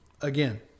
again